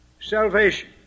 salvation